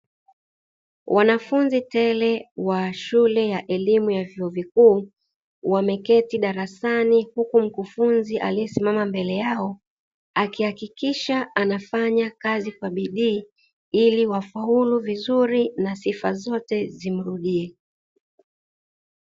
Wanafunzi tele wa shule ya elimu ya vyuo vikuu wameketi darasani huku mkufunzi aliyesimama mbele yao, akihakikisha anafanya kazi kwa bidii ili wafaulu vizuri na sifa zote zimrudie.